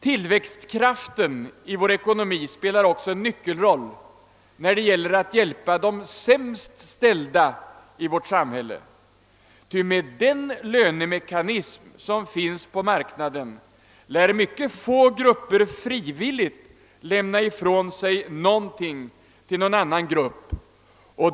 Tillväxtkraften i vår ekonomi spelar också en nyckelroll när det gäller att hjälpa de sämst ställda i vårt samhälle, ty med den lönemekanism som finns på marknaden lär mycket få grupper frivilligt lämna ifrån sig någonting till någon annan grupp.